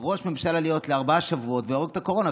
להיות ראש ממשלה לארבעה שבועות ולהרוג את הקורונה,